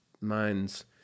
minds